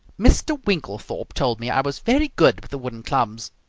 mr winklethorpe told me i was very good with the wooden clubs,